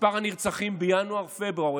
מספר הנרצחים בינואר-פברואר,